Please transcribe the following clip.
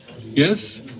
yes